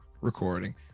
recording